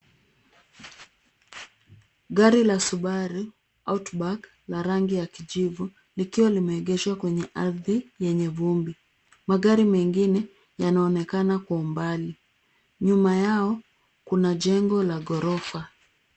Gari la Subaru Outback la rangi ya kijivu, likiwa limeegeshwa kwenye ardhi yenye vumbi. Magari mengine yanaonekana kwa umbali. Nyuma yao kuna jengo la ghorofa.